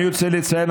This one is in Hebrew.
אני רוצה לציין,